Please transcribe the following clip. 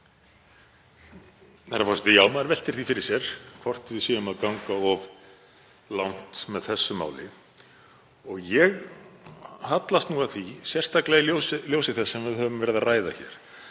Herra forseti. Já, maður veltir því fyrir sér hvort við séum að ganga of langt með þessu máli. Ég hallast að því, sérstaklega í ljósi þess sem við höfum verið að ræða hér.